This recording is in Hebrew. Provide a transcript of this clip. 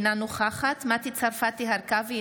אינה נוכחת מטי צרפתי הרכבי,